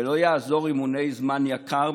ולא יעזרו אימוני "זמן יקר",